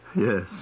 Yes